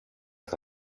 das